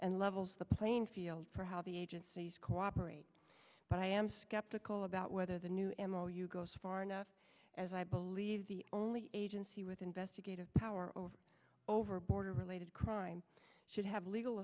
and levels the playing field for how the agencies cooperate but i am skeptical about whether the new m o u goes far enough as i believe the only agency with investigative powers over border related crime should have legal